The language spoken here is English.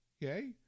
Yay